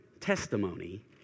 Testimony